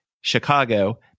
chicago